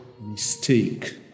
mistake